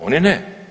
Oni ne.